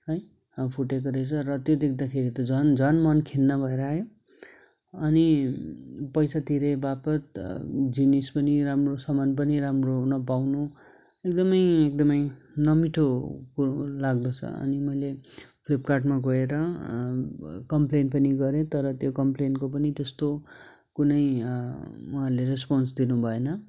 है फुटेको रहेछ र त्यो देख्दाखेरि त झन् झन् मन खिन्न भएर आयो अनि पैसा तिरे बापत जिनिस पनि राम्रो सामान पनि राम्रो नपाउनु एकदमै एकदमै नमिठो कु लाग्दछ अनि मैले फ्लिपकार्टमा गएर कमप्लेन पनि गरेँ तर त्यो कमप्लेनको पनि त्यस्तो कुनै उहाँले रेसपोन्स दिनु भएन